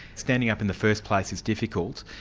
standing up in the first place is difficult.